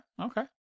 okay